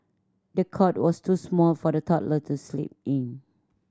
the cot was too small for the toddler to sleep in